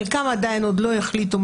חלקם עוד לא החליטו,